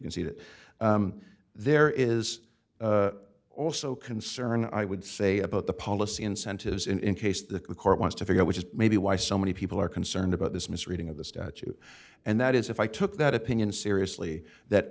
can see that there is also concern i would say about the policy incentives in case the court wants to figure out which is maybe why so many people are concerned about this misreading of the statute and that is if i took that opinion seriously that